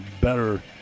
better